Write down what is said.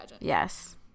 yes